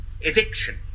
eviction